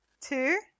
two